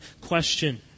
question